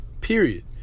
Period